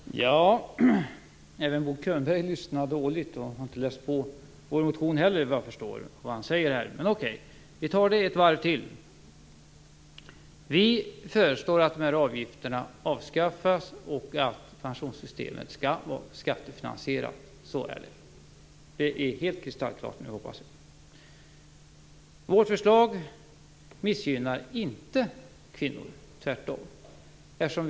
Herr talman! Även Bo Könberg lyssnar dåligt. Han har inte heller läst på i vår motion vad jag förstår efter vad han säger här. Men okej - vi tar det ett varv till. Vi föreslår att avgifterna avskaffas och att pensionssystemet skall vara skattefinansierat. Så är det. Det är helt kristallklart nu, hoppas jag. Miljöpartiets förslag missgynnar inte kvinnor - tvärtom.